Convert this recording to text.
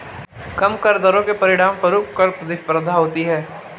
कम कर दरों के परिणामस्वरूप कर प्रतिस्पर्धा होती है